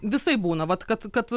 visaip būna vat kad kad